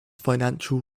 financial